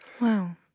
wow